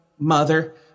Mother